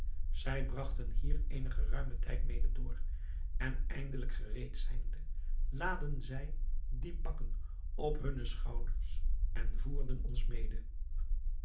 zij bragten hier eene geruimen tijd mede door en eindelijk gereed zijnde laadden zij die pakken op hunne schouders en voerden ons mede